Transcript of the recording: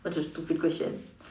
what's the stupid question